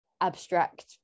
abstract